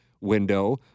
window